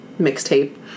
mixtape